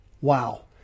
Wow